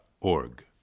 org